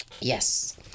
Yes